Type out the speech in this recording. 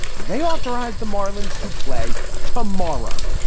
they authorized the marlins to play tomorrow.